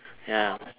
ya